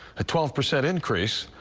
a twelve percent increase,